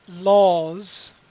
laws